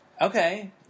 Okay